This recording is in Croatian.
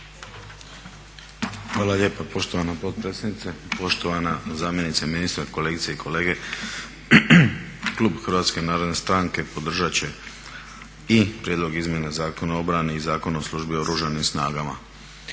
Hvala lijepa poštovana potpredsjednice. Poštovana zamjenice ministra, kolegice i kolege. Klub HNS-a podržat će i Prijedlog izmjena Zakona o obrani i Zakon o službi u Oružanim snagama.